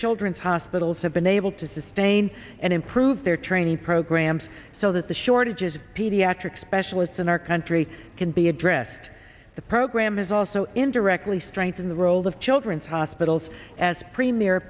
children's hospitals have been able to sustain and improve they're training programs so that the shortages of pediatric specialists in our country can be addressed the program has also indirectly strengthen the world of children's hospitals as premier